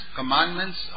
commandments